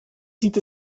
sieht